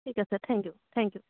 ঠিক আছে thank you thank U